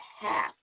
half